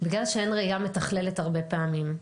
בגלל שאין ראייה מתכללת הרבה פעמים,